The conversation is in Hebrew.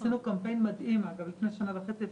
עשינו קמפיין מדהים לפני שנה וחצי,